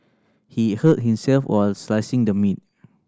he hurt himself while slicing the meat